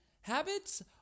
habits